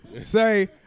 say